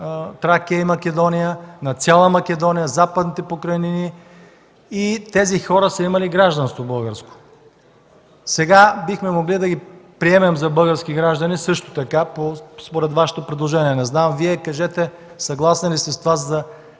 Тракия и Македония, на цяла Македония, Западните покрайнини и тези хора са имали българско гражданство. Сега бихме могли да ги приемем за български граждани също така според Вашето предложение. Не знам, Вие кажете – съгласни ли сте с това, за